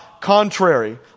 Contrary